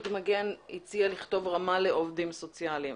מגן הציעה לכתוב רמה לעובדים סוציאליים.